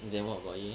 then what about you eh